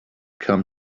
come